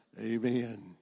Amen